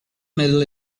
middle